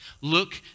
Look